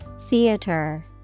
Theater